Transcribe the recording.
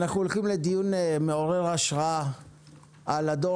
אנחנו פותחים דיון מעורר השראה על הדור